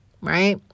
right